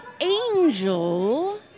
angel